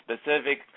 specific